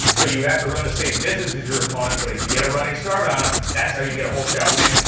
so you have to run the same distance as your opponent but if you get a running start on em, that's how you get a hole shot win.